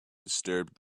disturbed